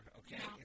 okay